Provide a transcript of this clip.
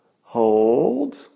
Hold